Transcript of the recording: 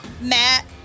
Matt